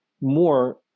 more